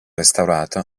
restaurato